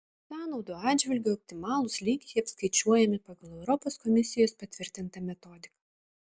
sąnaudų atžvilgiu optimalūs lygiai apskaičiuojami pagal europos komisijos patvirtintą metodiką